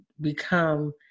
become